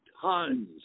Tons